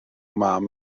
mam